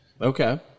Okay